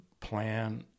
plan